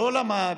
שלא למד,